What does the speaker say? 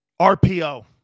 RPO